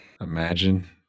Imagine